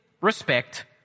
respect